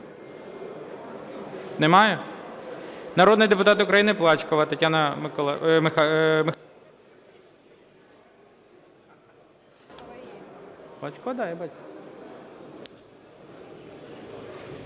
Немає? Народний депутат України Плачкова Тетяна Михайлівна.